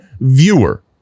viewer